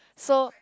so